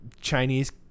Chinese